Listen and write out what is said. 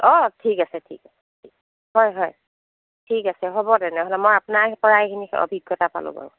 অ' ঠিক আছে ঠিক আছে হয় হয় ঠিক আছে হ'ব তেনেহ'লে মই আপোনাৰ পৰা এইখিনি অভিজ্ঞতা পালো বাৰু